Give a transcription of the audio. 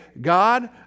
God